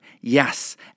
Yes